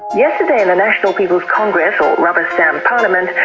yesterday in the national people's congress or rubberstamp parliament, and